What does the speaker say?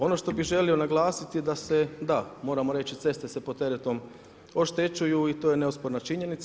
Ono što bih želio naglasiti da se da, moramo reći ceste se pod teretom oštećuju i to je neosporna činjenica.